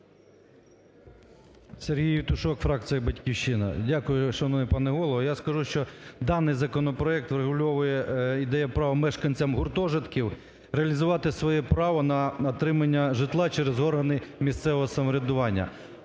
Сергій Євтушок, фракція "Батьківщина". Дякую, шановний пане Голово. Я скажу, що даний законопроект врегульовує і дає право мешканцям гуртожитків реалізувати своє право на отримання житла через органи місцевого самоврядування.